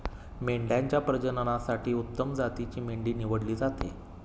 मेंढ्यांच्या प्रजननासाठी उत्तम जातीची मेंढी निवडली जाते